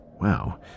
wow